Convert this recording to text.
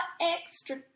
extra